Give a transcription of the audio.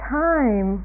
time